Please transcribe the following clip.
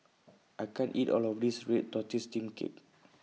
I can't eat All of This Red Tortoise Steamed Cake